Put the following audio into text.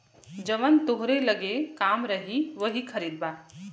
जवन तोहरे लग्गे कम रही वही खरीदबा